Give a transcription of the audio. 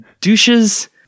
douches